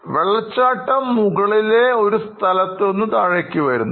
വെള്ളച്ചാട്ടം മുകളിലെ ഒരു ഒരിടത്തുനിന്നുംവരുന്നു